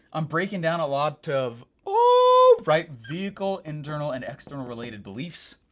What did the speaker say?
i'm breaking down a lot of all right, vehicle, internal and external related beliefs.